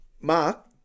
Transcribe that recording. Mark